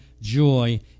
joy